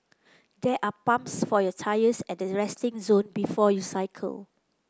there are pumps for your tyres at the resting zone before you cycle